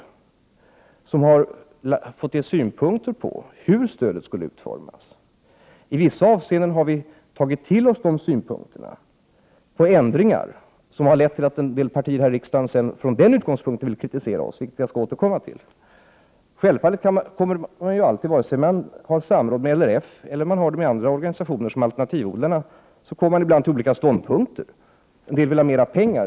Gruppen har fått ge synpunkter på hur stödet skulle utformas. I vissa avseenden har vi tagit till oss de synpunkterna på ändringar. Det har sedan lett till att en del partier här i riksdagen har velat kritiserat oss från den utgångspunkten, vilket jag skall återkomma till. Vare sig man har samråd med LRF eller med andra organisationer, t.ex. alternativodlarna, kommer man ibland till olika ståndpunkter. En del vill t.ex. ha mera pengar.